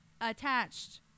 attached